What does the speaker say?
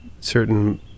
certain